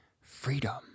freedom